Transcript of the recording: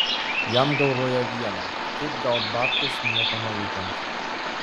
jam galvoje viena kaip gaut babkes nieko neveikiant